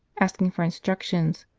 asking for instructions,